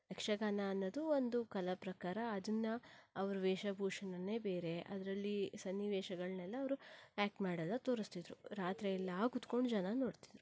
ಯಕ್ಷಗಾನ ಅನ್ನೋದು ಒಂದು ಕಲಾಪ್ರಕಾರ ಅದನ್ನು ಅವರ ವೇಷಭೂಷಣವೇ ಬೇರೆ ಅದರಲ್ಲಿ ಸನ್ನಿವೇಶಗಳನ್ನೆಲ್ಲ ಅವರು ಆ್ಯಕ್ಟ್ ಮಾಡೆಲ್ಲ ತೋರಸ್ತಿದ್ರು ರಾತ್ರಿಯೆಲ್ಲ ಕುತ್ಕೊಂಡು ಜನ ನೋಡ್ತಿದ್ರು